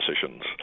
decisions